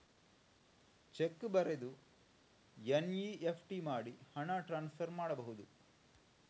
Check ಬರೆದು NEFT ಮಾಡಿ ಹಣ ಟ್ರಾನ್ಸ್ಫರ್ ಮಾಡಬಹುದು?